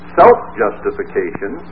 self-justification